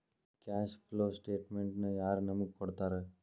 Cash flow ಸ್ಟೆಟಮೆನ್ಟನ ಯಾರ್ ನಮಗ್ ಕೊಡ್ತಾರ?